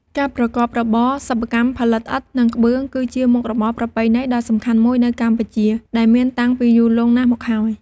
ការប្រកបរបរសិប្បកម្មផលិតឥដ្ឋ និងក្បឿង គឺជាមុខរបរប្រពៃណីដ៏សំខាន់មួយនៅកម្ពុជា ដែលមានតាំងពីយូរលង់ណាស់មកហើយ។